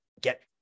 get